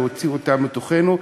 להוציא אותה מתוכנו,